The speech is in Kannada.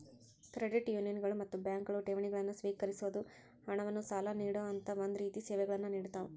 ಕ್ರೆಡಿಟ್ ಯೂನಿಯನ್ಗಳು ಮತ್ತ ಬ್ಯಾಂಕ್ಗಳು ಠೇವಣಿಗಳನ್ನ ಸ್ವೇಕರಿಸೊದ್, ಹಣವನ್ನ್ ಸಾಲ ನೇಡೊಅಂತಾ ಒಂದ ರೇತಿ ಸೇವೆಗಳನ್ನ ನೇಡತಾವ